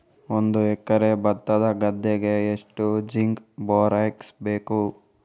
ಒಂದು ಎಕರೆ ಭತ್ತದ ಗದ್ದೆಗೆ ಎಷ್ಟು ಜಿಂಕ್ ಬೋರೆಕ್ಸ್ ಬೇಕು?